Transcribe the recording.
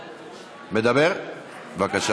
בבקשה.